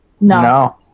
No